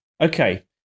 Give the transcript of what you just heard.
Okay